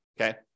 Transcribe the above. okay